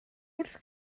wrth